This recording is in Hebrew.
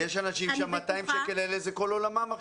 יש אנשים שה-200 שקלים האלה הם כל עולמם עכשיו.